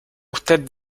usted